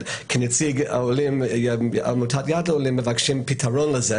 וכנציג עמותת "יד לעולים" אנחנו מבקשים פתרון לזה,